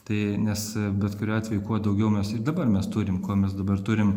tai nes bet kuriuo atveju kuo daugiau mes ir dabar mes turim kuo mes dabar turim